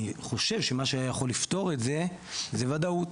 אני חושב שמה שהיה יכול לפתור את זה, זה וודאות.